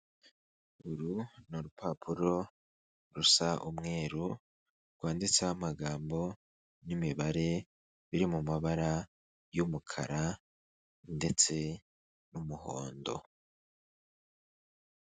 Uru ni urupapuro rusa umweru rwanditseho amagambo n'imibare biri mu mabara y'umukara ndetse n'umuhondo.